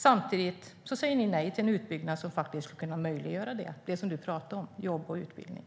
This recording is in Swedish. Samtidigt säger ni nej till en utbyggnad som faktiskt skulle kunna möjliggöra det som du talar om, alltså jobb och utbildning.